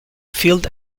field